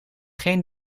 geen